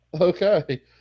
okay